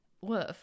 woof